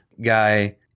guy